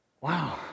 wow